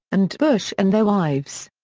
and bush and their wives.